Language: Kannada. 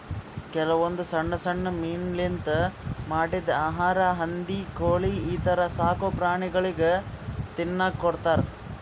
ಕೆಲವೊಂದ್ ಸಣ್ಣ್ ಸಣ್ಣ್ ಮೀನಾಲಿಂತ್ ಮಾಡಿದ್ದ್ ಆಹಾರಾ ಹಂದಿ ಕೋಳಿ ಈಥರ ಸಾಕುಪ್ರಾಣಿಗಳಿಗ್ ತಿನ್ನಕ್ಕ್ ಕೊಡ್ತಾರಾ